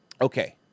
Okay